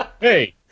Hey